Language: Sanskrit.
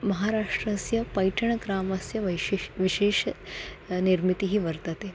महाराष्ट्रस्य पैठणग्रामस्य वैशिश् विशेष निर्मितिः वर्तते